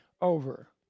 over